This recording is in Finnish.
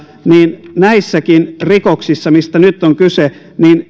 niin näissäkin rikoksissa mistä nyt on kyse